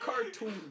cartoon